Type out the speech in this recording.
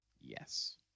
Yes